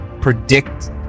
predict